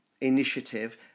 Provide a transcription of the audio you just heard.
initiative